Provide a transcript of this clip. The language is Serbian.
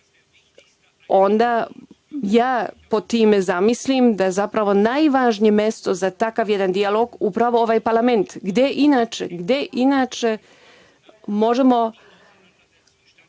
onda ja pod time zamislim da zapravo najvažnije mesto za takav jedan dijalog je upravo ovaj parlament, gde inače možemo